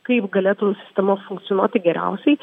kaip galėtų sistema funkcionuoti geriausiai